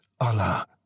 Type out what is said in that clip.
Allah